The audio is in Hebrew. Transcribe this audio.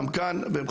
אזהרה.